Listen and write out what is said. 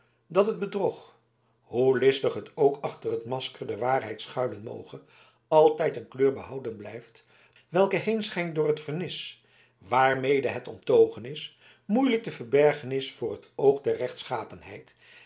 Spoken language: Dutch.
dat het bedrog hoe listig het ook achter het masker der waarheid schuilen moge altijd een kleur behouden blijft welke heenschijnt door het vernis waarmede het omtogen is moeilijk te verbergen is voor het oog der rechtschapenheid